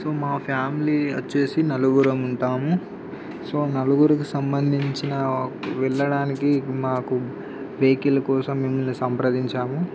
so మా family వచ్చేసి నలుగురం ఉంటాము సో నలుగురికి సంబంధించిన ఒక వెళ్ళడానికి మాకు వెహికిల్ కోసం మిమ్మల్ని సంప్రదించాము